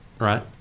right